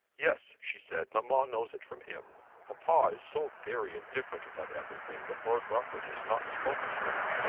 yes, she said mamma knows it from him. papa is so very indifferent about everything that lord rufford has not spoken to him.